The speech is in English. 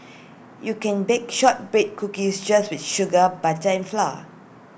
you can bake Shortbread Cookies just with sugar butter and flour